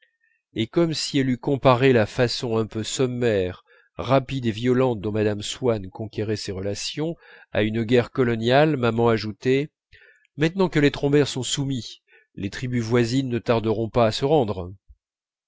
et comme si elle eût comparé la façon un peu sommaire rapide et violente dont mme swann conquérait ses relations à une guerre coloniale maman ajoutait maintenant que les trombert sont soumis les tribus voisines ne tarderont pas à se rendre